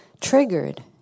triggered